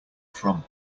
from